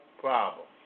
problem